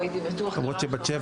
רבותיי,